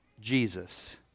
Jesus